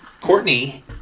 Courtney